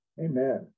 Amen